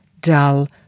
dull